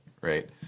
right